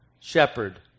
shepherd